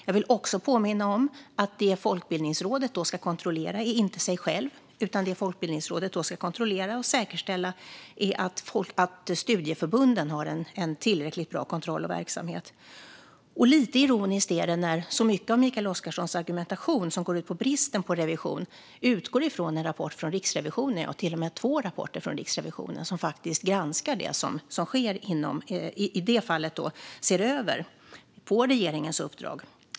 Jag vill också påminna om att det Folkbildningsrådet då ska kontrollera inte är sig själv, utan rådet ska kontrollera och säkerställa att studieförbunden har en tillräckligt bra kontroll och verksamhet. Lite ironiskt är det att så mycket av Mikael Oscarssons argumentation om bristen på revision utgår från två rapporter från Riksrevisionen, som på regeringens uppdrag ser över detta.